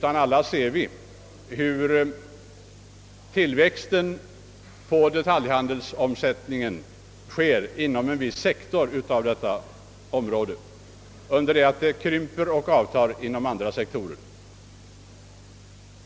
Alla ser vi hur tillväxten av detaljhandelsomsättningen äger rum inom en viss sektor medan omsättningen avtar inom andra.